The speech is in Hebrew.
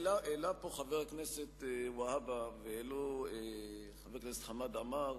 העלה פה חבר הכנסת והבה והעלה חבר הכנסת חמד עמאר